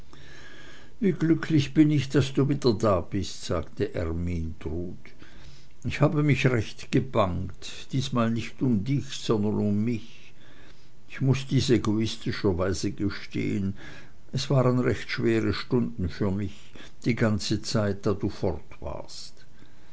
wie glücklich bin ich daß du wieder da bist sagte ermyntrud ich habe mich recht gebangt dies mal nicht um dich sondern um mich ich muß dies egoistischerweise gestehen es waren recht schwere stunden für mich die ganze zeit daß du fort warst